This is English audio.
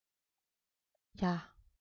ya